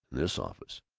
this office?